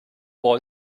boy